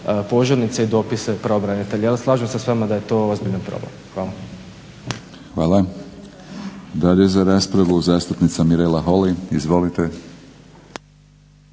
požurnice i dopise pravobranitelja. Slažem se s vama da je to ozbiljan problem. Hvala. **Batinić, Milorad (HNS)** Hvala. Dalje za raspravu zastupnica Mirela Holy. Izvolite.